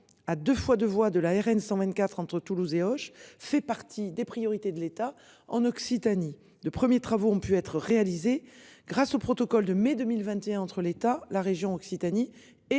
à 2 fois 2 voies de la RN 124 entre Toulouse et Auch fait partie des priorités de l'État en Occitanie de premiers travaux ont pu être réalisés grâce au protocole de mai 2021 entre l'État la région Occitanie et le